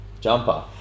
Jumper